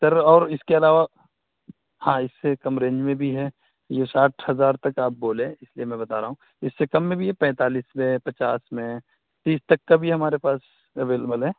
سر اور اس کے علاوہ ہاں اس سے کم رینج میں بھی ہے یہ ساٹھ ہزار تک آپ بولے اس لیے میں بتا رہا ہوں اس سے کم میں بھی ہے پینتالیس میں پچاس میں تیس تک کا بھی ہے ہمارے پاس اویلبل ہے